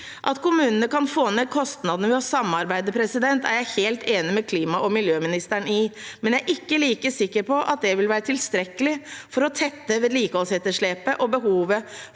At kommunene kan få ned kostnadene ved å samarbeide, er jeg helt enig med klima- og miljøministeren i, men jeg er ikke like sikker på at det vil være tilstrekkelig for å tette vedlikeholdsetterslepet og behovet